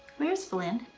where's blynn?